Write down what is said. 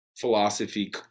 philosophy